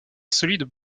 solide